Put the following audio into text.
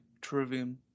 Trivium